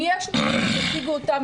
אם יש תציגו אותם,